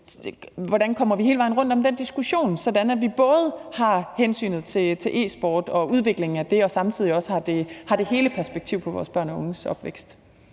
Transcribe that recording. hvordan kommer vi hele vejen rundt om den diskussion, sådan at vi både har hensynet til e-sporten og udviklingen af den og samtidig også har det fulde perspektiv på vores børn og unges opvækst?